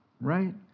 right